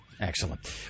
Excellent